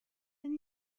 and